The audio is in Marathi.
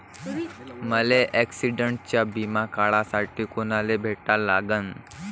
मले ॲक्सिडंटचा बिमा काढासाठी कुनाले भेटा लागन?